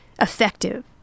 effective